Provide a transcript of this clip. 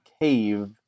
cave